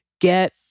get